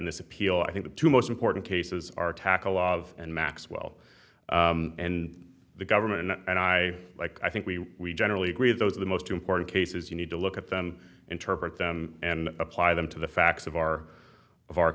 in this appeal i think the two most important cases are tackle of and maxwell and the government and i like i think we generally agree that those are the most important cases you need to look at them interpret them and apply them to the facts of our of our